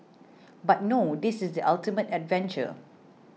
but no this is the ultimate adventure